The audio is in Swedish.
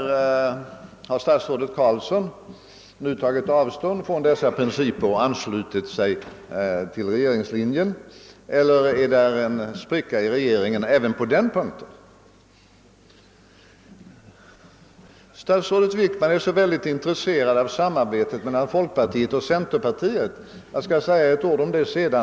Har statsrådet Carlsson nu tagit avstånd från dessa principer och anslutit sig till regeringslinjen, eller finns det en spricka i regeringen även på den punkten? Statsrådet Wickman är intresserad av samarbetet mellan folkpartiet och centerpartiet — jag skall återkomma till den saken senare.